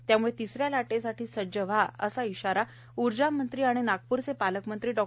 त्यामुळे तिसऱ्या लाटेसाठी सज्ज व्हा असा इशारा ऊर्जामंत्री तथानागप्रचेपालकमंत्री डॉ